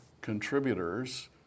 contributors